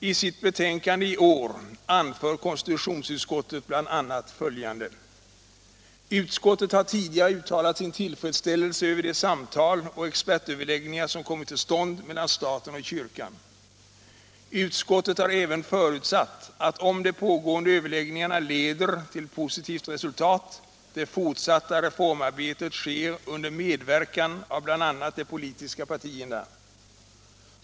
I sitt betänkande i år anför konstitutionsutskottet bl.a. följande: ”Utskottet har tidigare uttalat sin tillfredsställelse över de samtal och expertöverläggningar som kommit till stånd mellan staten och kyrkan. Utskottet har även förutsatt att om de pågående överläggningarna leder till positivt resultat det fortsatta reformarbetet sker under medverkan av bl.a. de politiska partierna.